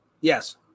Yes